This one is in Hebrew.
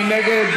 מי נגד?